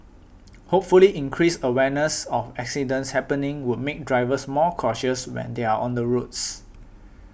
hopefully increased awareness of accidents happening would make drivers more cautious when they are on the roads